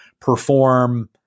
perform